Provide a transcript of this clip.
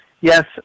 yes